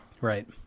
Right